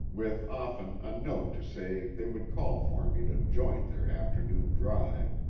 with often a note to say they would call for me to join their afternoon drive,